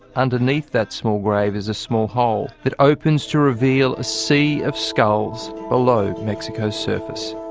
underneath that small grave is a small hole that opens to reveal a sea of skulls below mexico's surface.